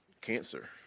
cancer